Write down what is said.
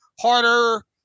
harder